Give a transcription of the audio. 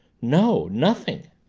no. nothing.